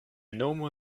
nomo